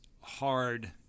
hard